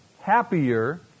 happier